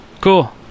cool